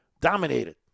Dominated